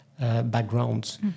backgrounds